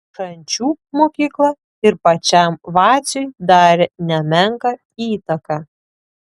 šančių mokykla ir pačiam vaciui darė nemenką įtaką